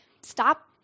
stop